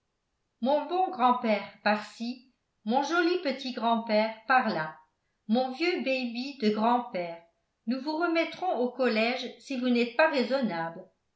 mon bon grand-père par-ci mon joli petit grand-père par-là mon vieux baby de grand-père nous vous remettrons au collège si vous n'êtes pas raisonnable